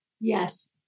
Yes